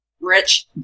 rich